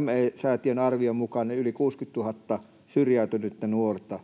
Me-sää-tiön arvion mukaan yli 60 000 syrjäytynyttä nuorta.